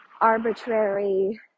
arbitrary